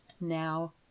now